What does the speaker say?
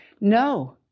no